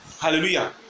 Hallelujah